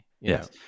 Yes